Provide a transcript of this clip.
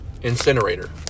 Incinerator